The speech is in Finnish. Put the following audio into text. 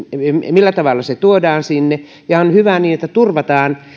millä tavalla se tuodaan sinne on hyvä että turvataan